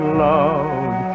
love